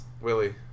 Willie